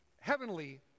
heavenly